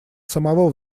самого